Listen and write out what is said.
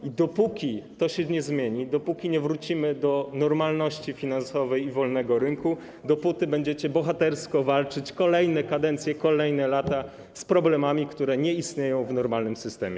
I dopóki to się nie zmieni, dopóki nie wrócimy do normalności finansowej i wolnego rynku, dopóty będziecie bohatersko walczyć - kolejne kadencje, kolejne lata - z problemami, które nie istnieją w normalnym systemie.